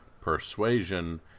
Persuasion